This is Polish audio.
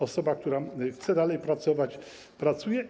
Osoba, która chce dalej pracować, pracuje.